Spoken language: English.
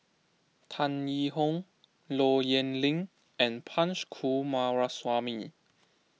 Tan Yee Hong Low Yen Ling and Punch Coomaraswamy